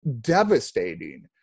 devastating